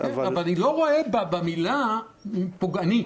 אני לא רואה במילה פוגענית.